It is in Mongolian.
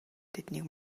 тэднийг